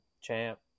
champ